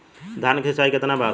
धान क सिंचाई कितना बार होला?